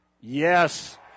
Yes